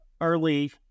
early